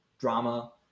drama